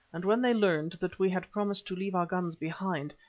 and when they learned that we had promised to leave our guns behind